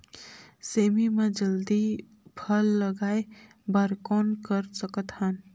सेमी म जल्दी फल लगाय बर कौन कर सकत हन?